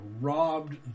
robbed